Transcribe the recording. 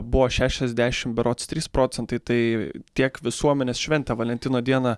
buvo šešiasdešim berods trys procentai tai tiek visuomenės šventė valentino dieną